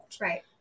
right